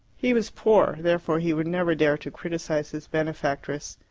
he was poor therefore he would never dare to criticize his benefactress.